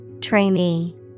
Trainee